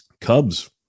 Cubs